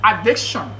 addiction